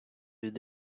від